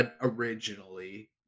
originally